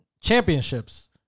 Championships